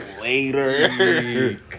later